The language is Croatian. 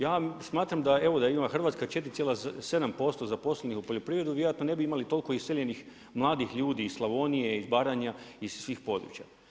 Ja smatram da evo da ima Hrvatska 4,7% zaposlenih u poljoprivredi vjerojatno ne bi imali toliko iseljenih mladih ljudi iz Slavonije, iz Baranje, iz svih područja.